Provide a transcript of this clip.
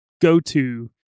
go-to